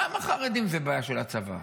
למה חרדים זה בעיה של הצבא?